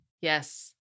Yes